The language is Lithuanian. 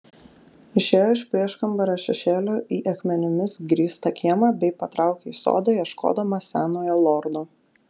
išėjo iš prieškambario šešėlio į akmenimis grįstą kiemą bei patraukė į sodą ieškodama senojo lordo